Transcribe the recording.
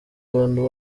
abantu